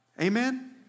Amen